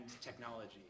technology